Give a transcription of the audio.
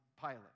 Pilate